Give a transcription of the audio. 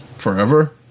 forever